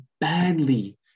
badly